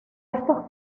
estos